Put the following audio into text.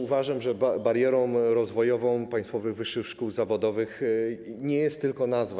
Uważam, że barierą rozwojową państwowych wyższych szkół zawodowych nie jest tylko nazwa.